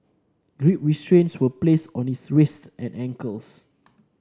grip restraints were placed on his wrists and ankles